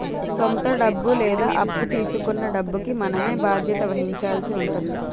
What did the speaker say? సొంత డబ్బు లేదా అప్పు తీసుకొన్న డబ్బుకి మనమే బాధ్యత వహించాల్సి ఉంటుంది